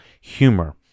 humor